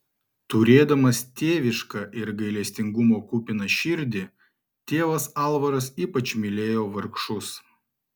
turėdamas tėvišką ir gailestingumo kupiną širdį tėvas alvaras ypač mylėjo vargšus